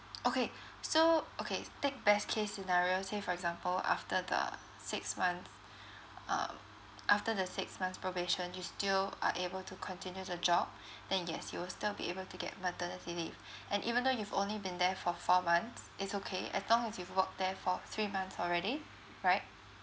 okay so okay take best case scenario say for example after the six months um after the six months probation you still are able to continue the job then yes you will still be able to get maternity leave and even though you've only been there for four months it's okay as long as you've worked there for three months already right